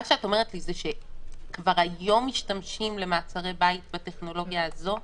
מה שאת אומרת לי שכבר היום משתמשים למעצרי בית בטכנולוגיה הזאת?